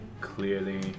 Clearly